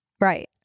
Right